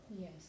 Yes